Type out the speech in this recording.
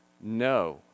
No